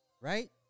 Right